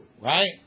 right